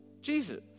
Jesus